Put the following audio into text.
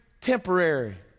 temporary